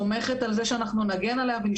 בעצם סומכת על זה שאנחנו נגן עליה ושאנחנו